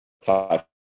five